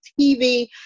TV